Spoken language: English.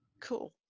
Cool